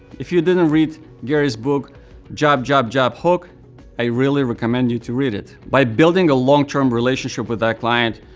if you didn't read gary's book jab, jab, jab, hook i really recommend you to read it. by building a long term relationship with their client,